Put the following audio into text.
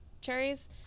cherries